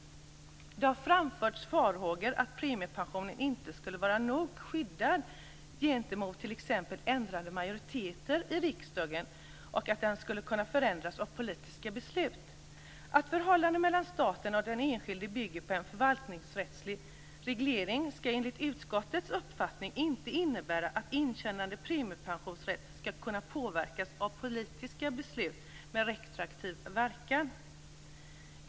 Det har framförts farhågor att premiepensionen inte skulle vara nog skyddad gentemot t.ex. ändrade majoriteter i riksdagen och att det skulle förändras av politiska beslut. Att förhållandet mellan staten och den enskilde bygger på en förvaltningsrättslig reglering skall enligt utskottets uppfattning inte innebära att intjänad premiepensionsrätt skall kunna påverkas av politiska beslut med retroaktiv verkan.